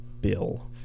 Bill